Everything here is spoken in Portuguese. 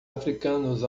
africanos